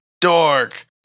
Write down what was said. Dork